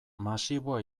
masiboa